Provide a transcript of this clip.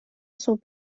صبح